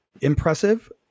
impressive